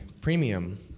premium